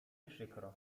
przykro